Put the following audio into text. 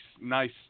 nice